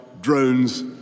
drones